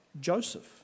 Joseph